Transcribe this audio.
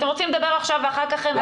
לא,